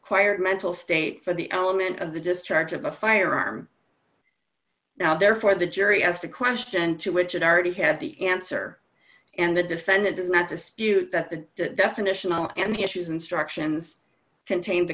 quired mental state for the element of the discharge of a firearm now therefore the jury asked a question to which it already had the answer and the defendant does not dispute that the definitional and issues instructions contained t